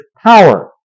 power